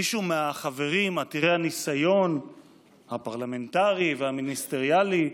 מישהו מהחברים עתידי הניסיון הפרלמנטרי והמיניסטריאלי,